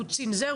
הוא צינזר?